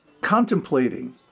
contemplating